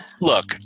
look